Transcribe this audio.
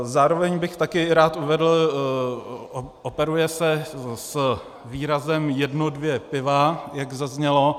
Zároveň bych tady rád uvedl operuje se s výrazem jedno dvě piva, jak zaznělo.